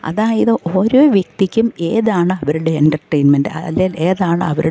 അതായത് ഓരോ വ്യക്തിക്കും ഏതാണ് അവരുടെ എൻ്റർടൈൻമെൻ്റ് അല്ലേൽ ഏതാണ് അവരുടെ